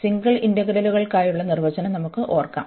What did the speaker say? single ഇന്റഗ്രലുകൾക്കായുള്ള നിർവചനം നമുക്ക് ഓർമിക്കാം